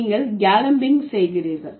நீங்கள் கேலம்பிங் செய்கிறீர்கள்